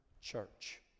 church